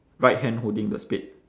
right hand holding the spade